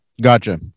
gotcha